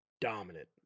dominant